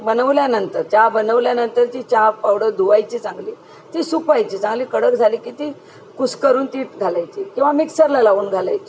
बनवल्यानंतर चा बनवल्यानंतर जी चा पावडर धुवायची चांगली ती सुपायची चांगली कडक झाली की ती कुसकरून ती घालायची किंवा मिक्सरला लावून घालायची